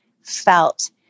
felt